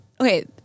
okay